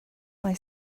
mae